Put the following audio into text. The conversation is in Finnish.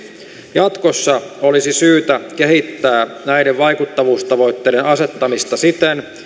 jatkossa olisi syytä kehittää näiden vaikuttavuustavoitteiden asettamista siten